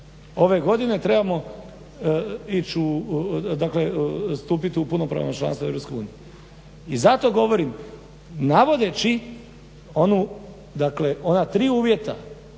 ove godine trebamo ići u, dakle stupiti u punopravno članstvo EU. I zato govorim navodeći ona tri uvjeta